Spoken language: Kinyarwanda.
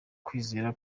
kwizera